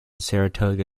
saratoga